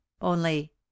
only—